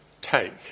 take